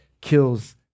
kills